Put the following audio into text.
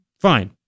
Fine